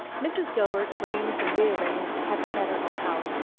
mrs. gilbert arranged and rearranged a hypothetical house,